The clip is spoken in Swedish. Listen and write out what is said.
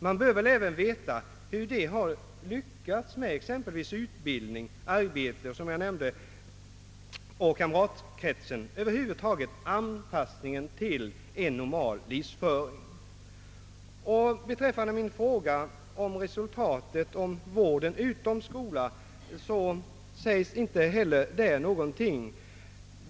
Man bör väl även veta hur de har lyckats med exempelvis utbildning, i arbetet och i kamratkretsen — över huvud taget med anpassningen till en normal livsföring. Beträffande min fråga om resultatet av vården utom skola sägs det heller ingenting.